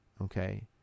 Okay